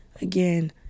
Again